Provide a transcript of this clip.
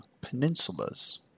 peninsulas